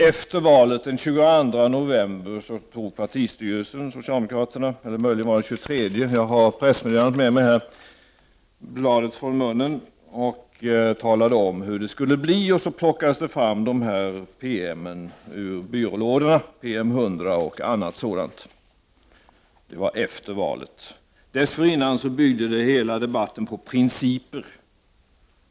Efter valet — den 22 november, eller om det var den 23 - tog socialdemokraternas partistyrelse bladet från munnen och talade om hur det skulle bli. Samtidigt plockades PM 100 och annat sådant fram ur byrålådorna. Det var efter valet. Dessförinnan byggde hela debatten på principer.